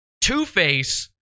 Two-Face